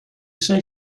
say